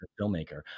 filmmaker